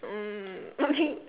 mm